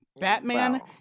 Batman